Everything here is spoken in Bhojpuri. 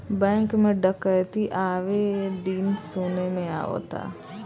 बैंक में डकैती आये दिन सुने में आवता